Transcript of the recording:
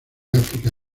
áfrica